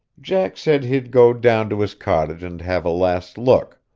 jack said he'd go down to his cottage and have a last look,